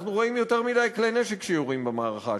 אנחנו רואים יותר מדי כלי נשק שיורים במערכה השלישית.